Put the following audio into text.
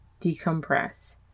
decompress